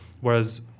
whereas